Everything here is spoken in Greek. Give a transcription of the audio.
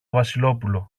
βασιλόπουλο